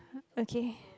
okay